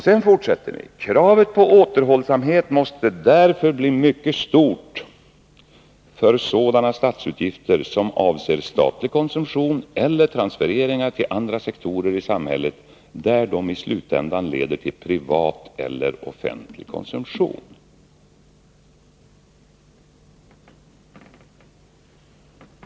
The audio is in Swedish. Så fortsätter ni: Kravet på återhållsamhet måste därför bli mycket stort för sådana statsutgifter som avser statlig konsumtion eller transfereringar till andra sektorer i samhället, där de i slutändan leder till privat eller offentlig konsumtion.